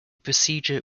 procedure